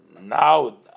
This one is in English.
Now